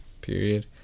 period